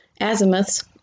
azimuths